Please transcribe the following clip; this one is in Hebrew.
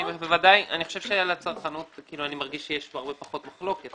אני מרגיש שעל הצרכנות יש הרבה פחות מחלוקת.